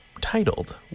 titled